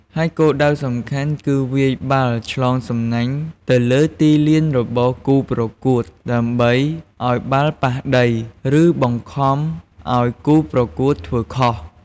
ហើយគោលដៅសំខាន់គឺវាយបាល់ឆ្លងសំណាញ់ទៅលើទីលានរបស់គូប្រកួតដើម្បីឱ្យបាល់ប៉ះដី ឬបង្ខំឱ្យគូប្រកួតធ្វើខុស។